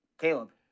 Caleb